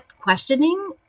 questioning